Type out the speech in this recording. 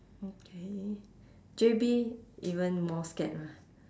okay J_B even more scared ah